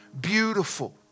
beautiful